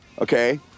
Okay